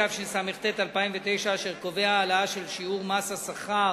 התשס"ט 2009, אשר קובע העלאה של שיעור מס השכר